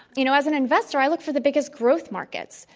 you know, as an investor, i look for the biggest growth markets.